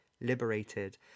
liberated